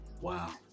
Wow